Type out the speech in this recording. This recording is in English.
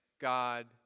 God